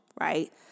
right